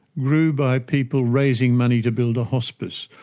grew by people raising money to build a hospice,